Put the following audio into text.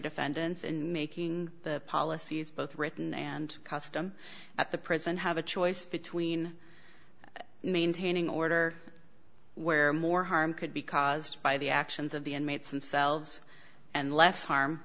defendants in making the policies both written and custom at the prison have a choice between maintaining order where more harm could be caused by the actions of the inmates themselves and less harm